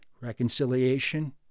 Reconciliation